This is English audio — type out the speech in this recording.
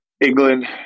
England